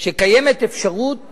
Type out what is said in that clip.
שקיימת אפשרות